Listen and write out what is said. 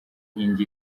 nkingi